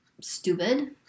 stupid